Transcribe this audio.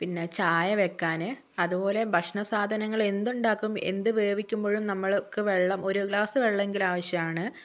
പിന്നെ ചായ വെക്കാൻ അതുപോലെ ഭക്ഷണസാധനങ്ങള് എന്തുണ്ടാക്കും എന്ത് വേവിക്കുമ്പോഴും നമ്മൾക്ക് വെള്ളം ഒരു ഗ്ലാസ് വെള്ളമെങ്കിലും ആവശ്യമാണ്